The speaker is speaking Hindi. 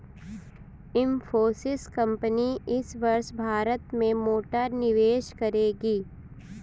इंफोसिस कंपनी इस वर्ष भारत में मोटा निवेश करेगी